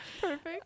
Perfect